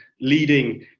leading